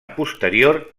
posterior